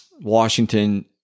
washington